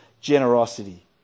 generosity